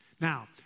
Now